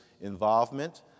involvement